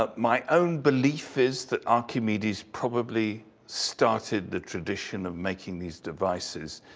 ah my own belief is that archimedes probably started the tradition of making these devices.